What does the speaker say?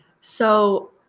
So-